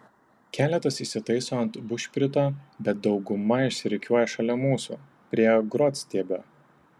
keletas įsitaiso ant bušprito bet dauguma išsirikiuoja šalia mūsų prie grotstiebio